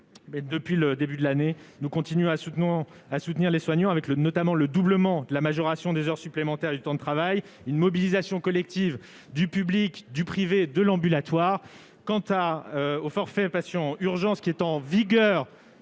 depuis le début de l'année, nous continuons à soutenir les soignants, grâce notamment au doublement de la majoration des heures supplémentaires du temps de travail et grâce à la mobilisation collective du public, du privé et de l'ambulatoire. Quant au forfait patient urgences, en vigueur